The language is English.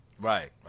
Right